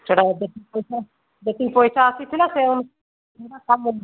ସେଟା ମଧ୍ୟସ୍ତି ପଇସା ଯେତିକି ପଇସା ଆସିଥିଲା ସେ କାମ